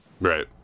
Right